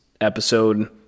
episode